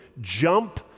Jump